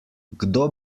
kdo